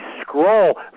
scroll